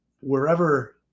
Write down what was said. wherever